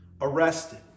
arrested